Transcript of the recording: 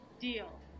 Deal